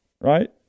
right